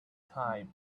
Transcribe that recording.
time